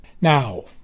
Now